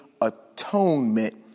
atonement